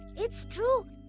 it's true!